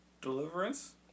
Deliverance